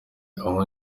aho